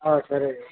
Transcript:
ಹಾಂ ಸರಿ